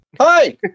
Hi